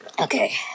Okay